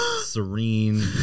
serene